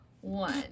one